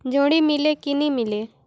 जोणी मीले कि नी मिले?